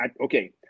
okay